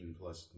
plus